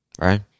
right